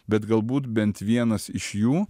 bet galbūt bent vienas iš jų